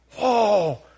whoa